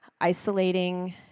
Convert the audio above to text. Isolating